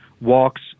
walks